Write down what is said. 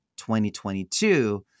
2022